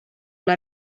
ola